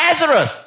Nazareth